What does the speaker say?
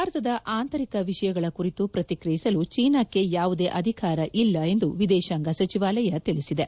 ಭಾರತದ ಆಂತರಿಕ ವಿಷಯಗಳ ಕುರಿತು ಪ್ರತಿಕ್ರಿಯಿಸಲು ಚೀನಾಕ್ಕೆ ಯಾವುದೇ ಅಧಿಕಾರ ಇಲ್ಲ ಎಂದು ವಿದೇಶಾಂಗ ಸಚಿವಾಲಯ ತಿಳಿಸಿದೆ